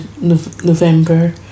November